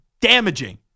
damaging